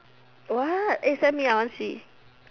what eh send me I want see